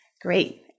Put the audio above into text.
Great